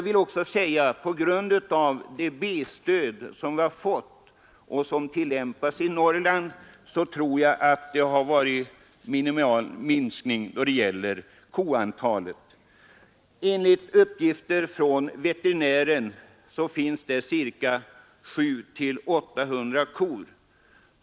Tack vare det B-stöd som tillämpas i Norrland tror jag emellertid att den minskningen har varit minimal. Enligt uppgifter från veterinären i Sveg finns det 700—800 kor i området.